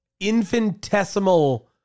infinitesimal